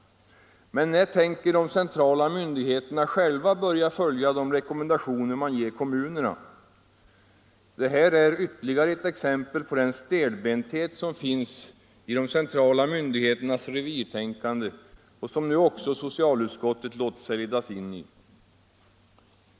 Men när tänker de centrala myndigheterna själva börja följa de rekommendationer man ger kommunerna? Det här är ytterligare ett exempel på den stelbenthet som finns i de centrala myndigheternas revirtänkande och som nu också socialutskottet låtit sig ledas in i.